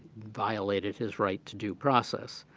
violated his right to due process.